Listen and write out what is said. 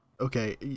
Okay